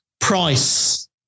price